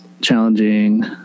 challenging